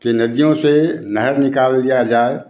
की नदियों से नहर निकाल दिया जाए